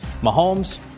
Mahomes